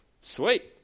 Sweet